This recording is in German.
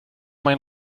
mein